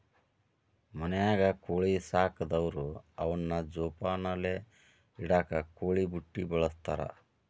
ಮನ್ಯಾಗ ಕೋಳಿ ಸಾಕದವ್ರು ಅವನ್ನ ಜೋಪಾನಲೆ ಇಡಾಕ ಕೋಳಿ ಬುಟ್ಟಿ ಬಳಸ್ತಾರ